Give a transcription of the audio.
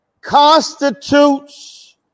constitutes